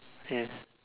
hmm